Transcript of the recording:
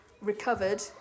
recovered